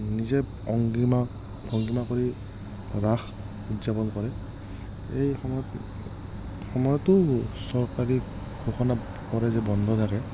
নিজে অঙ্গিমা ভঙ্গীমা কৰি ৰাস উদযাপন কৰে এই সময়ত সময়তো চৰকাৰী ঘোষণা কৰে যে বন্ধ থাকে